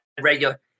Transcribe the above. regular